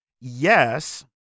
Yes